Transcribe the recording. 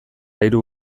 hiru